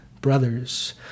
brothers